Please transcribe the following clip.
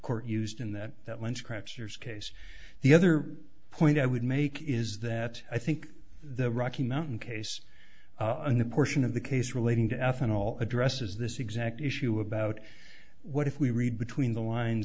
court used in that that lens crafters case the other point i would make is that i think the rocky mountain case and the portion of the case relating to ethanol addresses this exact issue about what if we read between the lines